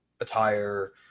attire